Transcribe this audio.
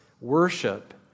Worship